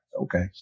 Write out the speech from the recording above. Okay